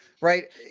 right